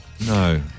No